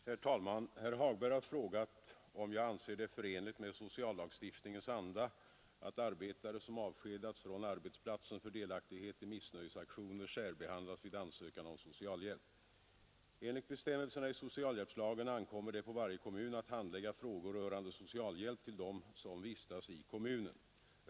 Herr talman! Herr Hagberg har frågat om jag anser det förenligt med Nr 39 sociallagstiftningens anda att arbetare, som avskedats från arbetsplatsen Torsdagen den för delaktighet i missnöjesaktioner, särbehandlas vid ansökan om 8 mars 1973 socialhjälp. Enligt bestämmelserna i socialhjälpslagen ankommer det på varje kommun att handlägga frågor rörande socialhjälp till dem som vistas i kommunen.